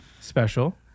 special